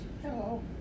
Hello